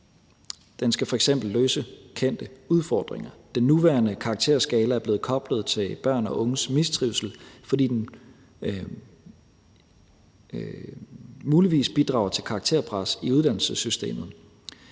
Den skal f.eks. løse kendte udfordringer. Den nuværende karakterskala er blevet koblet til børn og unges mistrivsel, fordi den muligvis bidrager til karakterpres i uddannelsessystemet.